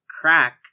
crack